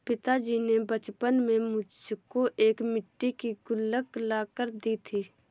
पिताजी ने बचपन में मुझको एक मिट्टी की गुल्लक ला कर दी थी